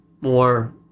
more